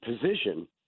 position